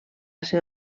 ser